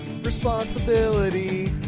Responsibility